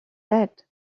that